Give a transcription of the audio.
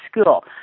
school